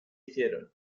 hicieron